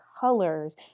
colors